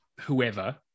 whoever